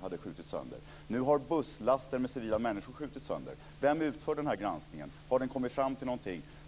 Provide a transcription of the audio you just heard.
hade skjutits sönder. Nu har busslaster med civila människor skjutits sönder. Vem utför den här granskningen? Har man kommit fram till någonting?